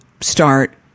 start